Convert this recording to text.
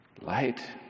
Light